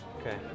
Okay